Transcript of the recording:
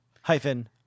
hyphen